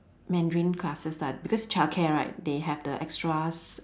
mandarin classes lah because childcare right they have the extras